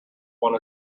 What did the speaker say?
one